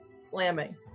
Slamming